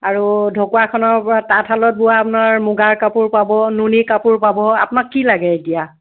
আৰু ঢকুৱাখানৰপৰা তাঁতশালত বোৱা আপোনাৰ মুগাৰ কাপোৰ পাব নুনি কাপোৰ পাব আপোনাক কি লাগে এতিয়া